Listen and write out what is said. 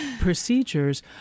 procedures